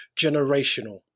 generational